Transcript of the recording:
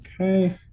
Okay